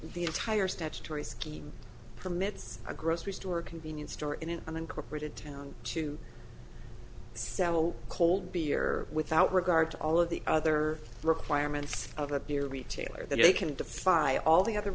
the entire statutory scheme permits a grocery store convenience store in an unincorporated town to saddle cold beer without regard to all of the other requirements of a beer retailer that they can defy all the other